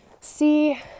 see